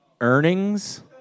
earnings